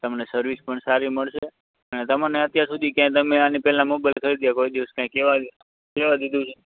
તમને સર્વિસ પણ સારી મળશે તમોને અત્યાર સુધી ક્યાંય આની પહેલા મોબાઈલ ખરીદ્યો કોઈ દિવસ કંઈ કેવાની કેવા દીધું છે